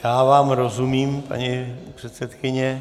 Já vám rozumím, paní předsedkyně.